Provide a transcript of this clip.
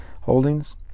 holdings